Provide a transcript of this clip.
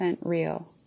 real